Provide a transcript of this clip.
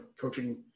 coaching